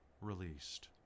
released